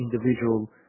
individual